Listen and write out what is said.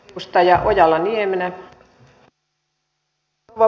arvoisa rouva puhemies